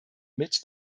mid